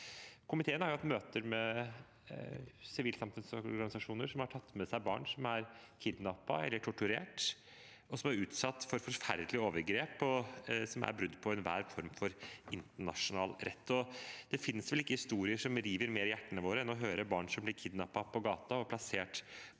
Ko miteen har hatt møter med sivilsamfunnsorganisasjoner som har tatt med seg barn som er kidnappet eller torturert, og som er utsatt for forferdelige overgrep som er brudd på enhver form for internasjonal rett. Det finnes vel ikke historier som river mer i hjertene våre enn å høre om barn som blir kidnappet på gaten og plassert